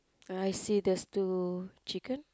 I see there's two chicken